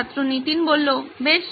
ছাত্র নীতিন বেশ